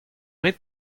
rit